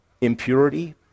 impurity